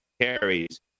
carries